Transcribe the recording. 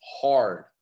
hard